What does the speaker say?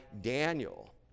Daniel